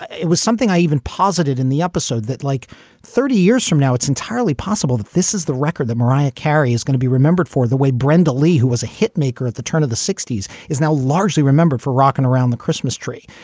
it was something i even posited in the episode that like thirty years from now, it's entirely possible that this is the record that mariah carey is going to be remembered for. the way brenda lee, who was a hitmaker at the turn of the sixty s, is now largely remembered for rocking around the christmas tree.